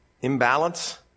imbalance